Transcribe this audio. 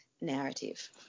narrative